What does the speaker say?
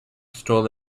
stole